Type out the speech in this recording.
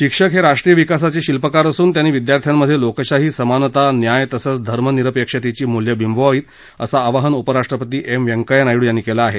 शिक्षक हे राष्ट्रीय विकासाचे शिल्पकार असून त्यांनी विद्यार्थ्यांमधे लोकशाही समानता न्याय तसंच धर्मनिरपेक्षतेची मुल्यं बिंबवावीत असं आवाहन उपराष्ट्रपती एम व्यंकय्या नायड यांनी केलं आहे